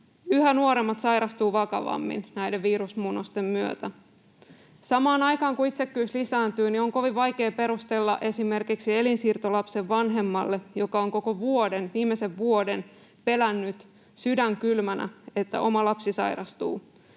yhä nuoremmat sairastuvat vakavammin näiden virusmuunnosten myötä. Samaan aikaan kun itsekkyys lisääntyy, on kovin vaikeaa perustella sitä esimerkiksi elinsiirtolapsen vanhemmalle, joka on koko viimeisen vuoden pelännyt sydän kylmänä, että oma lapsi sairastuu,